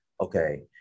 Okay